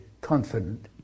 confident